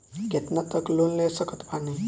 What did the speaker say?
कितना तक लोन ले सकत बानी?